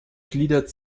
gliedert